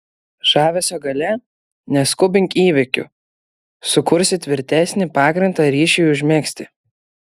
žavesio galia neskubink įvykių sukursi tvirtesnį pagrindą ryšiui užmegzti